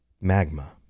magma